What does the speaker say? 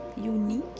unique